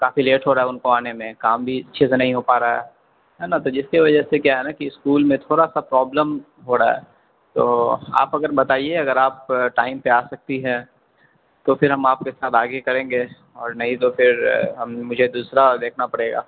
کافی late ہو رہا ہے ان کو آنے میں کام بھی اچھے سے نہیں ہو پا رہا ہیں نا تو جس کی وجہ سے کیا ہے نا کہ اسکول میں تھوڑا سا پرابلم ہو رہا ہے تو آپ اگر بتائیے اگر آپ ٹائم پہ آ سکتی ہیں تو پھر ہم آپ کے ساتھ آگے کریں گے اور نہیں تو پھر ہم مجھے دوسرا دیکھنا پڑے گا